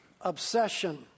obsession